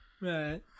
right